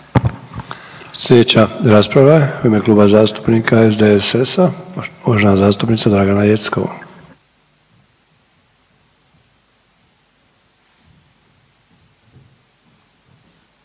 Sljedeća rasprava je u ime Kluba zastupnika SDSS-a uvažena zastupnica Dragana Jeckov.